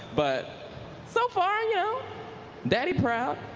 but so far, and daddy proud.